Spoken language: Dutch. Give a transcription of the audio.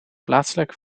plaatselijk